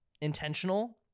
intentional